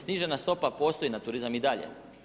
Snižena stopa postoji na turizam i dalje.